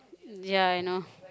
ya I know